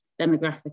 demographic